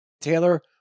taylor